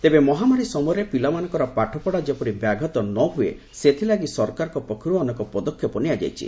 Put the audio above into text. ତେବେ ମହାମାରୀ ସମୟରେ ପିଲାମାନଙ୍କର ପାଠପଢା ଯେପରି ବ୍ୟାଘାତ ନ ହୁଏ ସେଥିଲାଗି ସରକାରଙ୍କ ପକ୍ଷରୁ ଅନେକ ପଦକ୍ଷେପ ନିଆଯାଇଛି